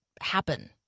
happen